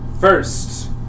First